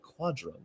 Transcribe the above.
quadrum